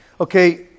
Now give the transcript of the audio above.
Okay